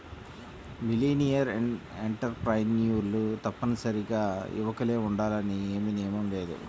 millennial ఎంటర్ప్రెన్యూర్లు తప్పనిసరిగా యువకులే ఉండాలని ఏమీ నియమం లేదు